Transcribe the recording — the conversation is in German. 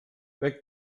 weg